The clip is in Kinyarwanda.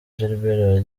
gilbert